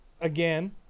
again